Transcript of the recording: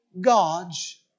gods